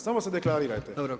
Samo se deklarirajte.